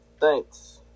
Thanks